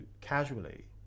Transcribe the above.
casually